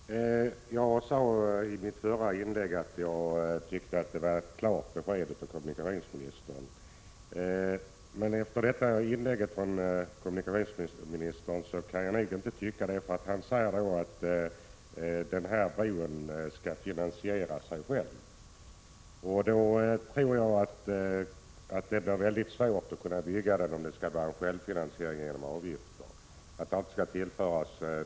Herr talman! Jag sade i mitt förra inlägg att jag tyckte att det var klara besked från kommunikationsministern. Men efter kommunikationsministerns senaste inlägg kan jag nog inte stå fast vid denna uppfattning, eftersom kommunikationsministern nu säger att bron skall finansiera sig själv. Jag tror att det blir mycket svårt att bygga den om den skall självfinansieras genom avgifter och om inte något statligt kapital skall tillföras.